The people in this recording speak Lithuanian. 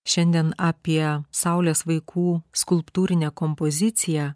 šiandien apie saulės vaikų skulptūrinę kompoziciją